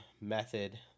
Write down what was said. method